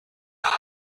âmes